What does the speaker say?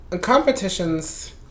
Competitions